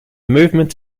movement